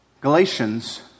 Galatians